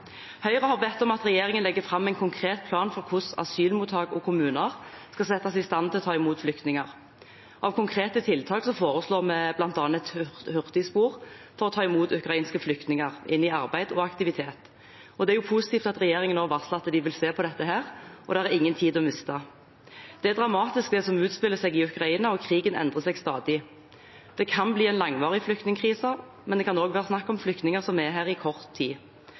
Høyre har bedt om at regjeringen legger fram en konkret plan for hvordan asylmottak og kommuner skal settes i stand til å ta imot flyktninger. Av konkrete tiltak foreslår vi bl.a. et hurtigspor for mottak av ukrainske flyktninger inn i arbeid og aktivitet. Det er positivt at regjeringen nå varsler at de vil se på dette. Det er ingen tid å miste. Det er dramatisk, det som utspiller seg i Ukraina, og krigen endrer seg stadig. Det kan bli en langvarig flyktningkrise, men det kan også være snakk om flyktninger som er her i kort tid.